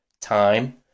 time